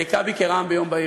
זה הכה בי כרעם ביום בהיר.